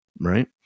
Right